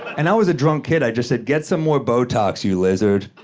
and i was a drunk kid. i just said, get some more botox, you lizard.